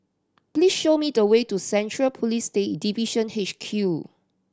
please show me the way to Central Police Day Division H Q